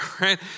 right